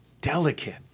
Delicate